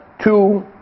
two